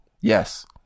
Yes